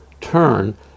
turn